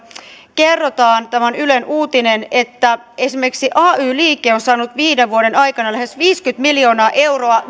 kerrotaan tämä on ylen uutinen että esimerkiksi ay liike on saanut viiden vuoden aikana lähes viisikymmentä miljoonaa euroa